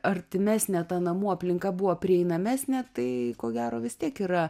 artimesnė ta namų aplinka buvo prieinamesnė tai ko gero vis tiek yra